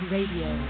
Radio